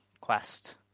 Quest